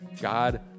God